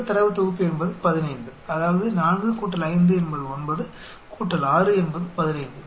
மொத்த தரவு தொகுப்பு என்பது 15 அதாவது 4 5 9 6 15